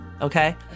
Okay